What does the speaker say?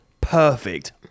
perfect